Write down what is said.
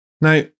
Now